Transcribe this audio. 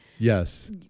yes